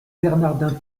bernardin